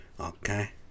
Okay